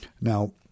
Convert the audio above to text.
Now